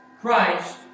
Christ